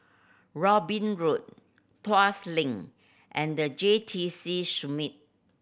Robin Road Tuas Link and The J T C Summit